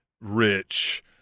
rich